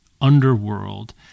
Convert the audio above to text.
underworld